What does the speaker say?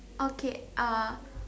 okay uh